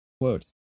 Quote